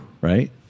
Right